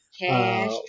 Cash